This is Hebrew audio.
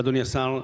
אדוני השר,